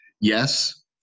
Yes